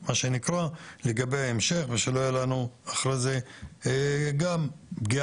עצרנו אישורים שלנו להיתרי בנייה ללולים כל עוד אין פתרון